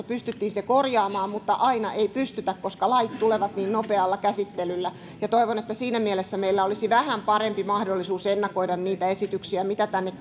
pystyttiin se korjaamaan mutta aina ei pystytä koska lait tulevat niin nopealla käsittelyllä toivon että siinä mielessä meillä olisi vähän parempi mahdollisuus ennakoida niitä esityksiä mitä tänne